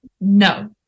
no